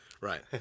Right